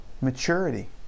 Maturity